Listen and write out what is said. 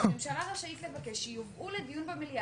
הממשלה רשאית לבקש שיובאו לדיון במליאה